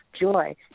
joy